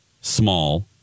small